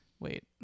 wait